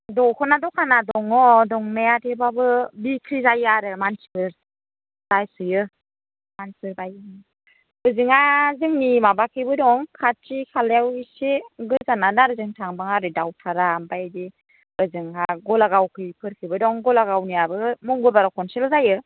दख'ना द'खाना दङ दंनाया थेवबाबो बिक्रि जायो आरो मानसिफोर बायसोयो मानसि बायो उम हजोंना जोंनि माबाथिंबो दं खाथि खालायाव एसि गोजानानो आरो जों थांबाङा ओरै दावथाला आमफ्राय बिदि ओजोंहाय गलागावफोरथिंबो दं गलागावनियाबो मंगलबाराव खनसेल' जायो